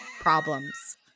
problems